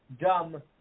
Dumb